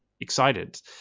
excited